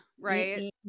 right